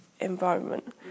environment